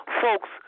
folks